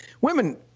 women